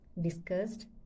discussed